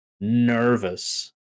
nervous